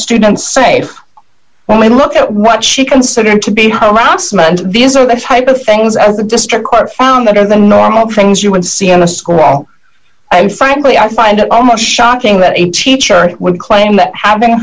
students safe when we look at what she considered to be harassment these are the type of things as a district court found that are the normal things you would see in a school i frankly i find it almost shocking that a teacher would claim that having